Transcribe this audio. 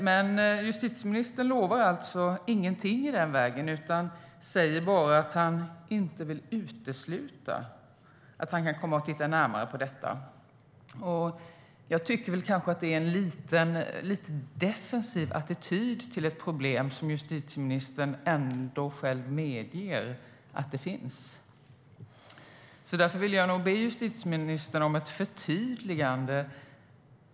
Men justitieministern lovar alltså ingenting i den vägen utan säger bara att han inte vill utesluta att han kan komma att titta närmare på detta. Jag tycker att det är en lite defensiv attityd till ett problem som justitieministern själv medger finns. Därför vill jag be justitieministern om ett förtydligande.